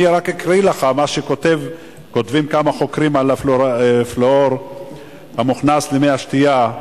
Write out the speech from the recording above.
אקריא לך מה שכותבים כמה חוקרים על הפלואור המוכנס למי השתייה.